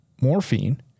morphine